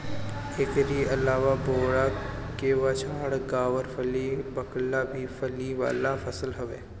एकरी अलावा बोड़ा, केवाछ, गावरफली, बकला भी फली वाला फसल हवे